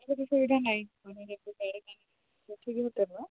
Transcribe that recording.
ସୁବିଧା ନାହିଁ